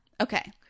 Okay